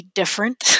different